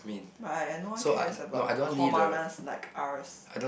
but eh no one cares about commoners like us